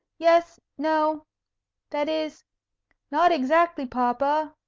yes no that is not exactly, papa.